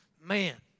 man